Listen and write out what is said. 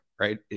right